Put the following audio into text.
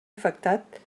afectat